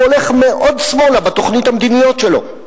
הוא הולך מאוד שמאלה בתוכניות המדיניות שלו.